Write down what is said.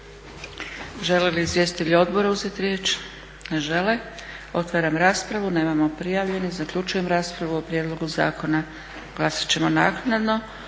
Žele li izvjestitelji odbora uzeti riječ? Ne žele. Otvaram raspravu. Nemamo prijavljenih. Zaključujem raspravu. O prijedlogu zakona glasati ćemo naknadno.